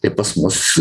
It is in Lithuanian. tai pas mus